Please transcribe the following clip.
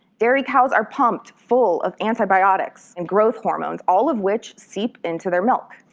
dairy cows are pumped full of antibiotics and growth hormones, all of which seep into their milk.